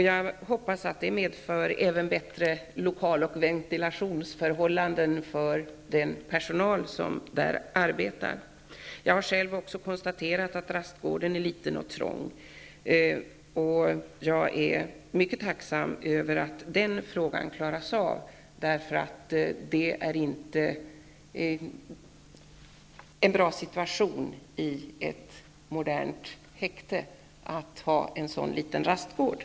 Jag hoppas att det även medför bättre lokal och ventilationsförhållanden för den personal som arbetar där. Jag har också själv konstaterat att rastgården är liten och trång. Jag är mycket tacksam över att den frågan löses. Det är inte en bra situation att ha en så liten rastgård i ett modernt häkte.